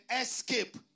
escape